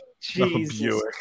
Jesus